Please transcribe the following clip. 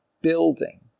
building